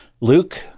Luke